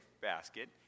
basket